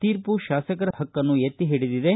ತೀರ್ಮ ಶಾಸಕರ ಪಕ್ಕನ್ನು ಎತ್ತಿ ಹಿಡಿದಿದೆ